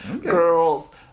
Girls